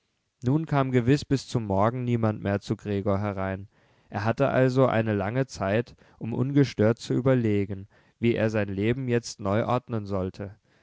nun kam gewiß bis zum morgen niemand mehr zu gregor herein er hatte also eine lange zeit um ungestört zu überlegen wie er sein leben jetzt neu ordnen sollte